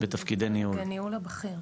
תפקידי ניהול.